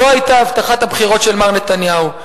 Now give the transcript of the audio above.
זו היתה הבטחת הבחירות של מר נתניהו.